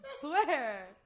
Swear